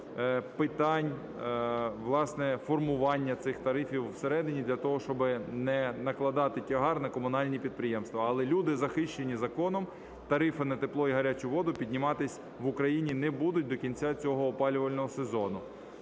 власне, формування цих тарифів всередині для того, щоби не накладати тягар на комунальні підприємства. Але люди захищені законом, тарифи на тепло і гарячу воду підніматись в Україні не будуть до кінця цього опалювального сезону.